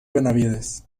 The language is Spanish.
benavides